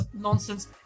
nonsense